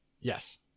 yes